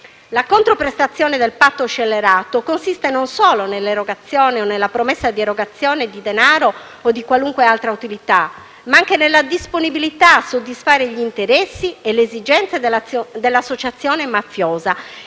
La controprestazione del "patto scellerato" consiste non solo nell'erogazione o nella promessa di erogazione di denaro o di qualunque altra utilità, ma anche nella disponibilità a soddisfare gli interessi e le esigenze dell'associazione mafiosa,